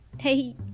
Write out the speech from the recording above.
hey